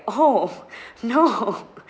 oh no